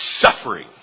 suffering